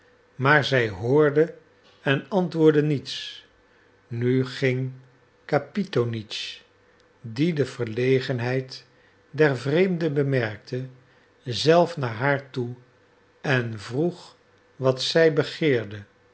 maar zij hoorde en antwoordde niet nu ging kapitonitsch die de verlegenheid der vreemde bemerkte zelf naar haar toe en vroeg wat zij begeerde